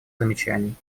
замечаний